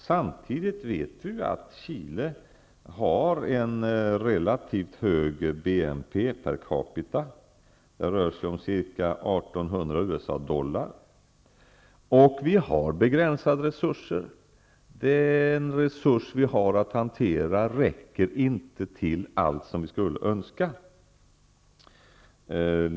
Samtidigt vet vi att Chile har en relativt hög BNP per capita. Det rör sig om ca 1 800 USA-dollar. Vi har begränsade resurser. Den resurs vi har att hantera räcker inte till allt som vi skulle önska.